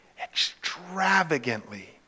extravagantly